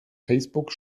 facebook